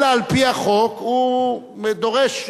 אלא על-פי החוק הוא דורש.